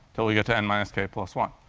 until we get to n minus k plus one.